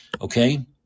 Okay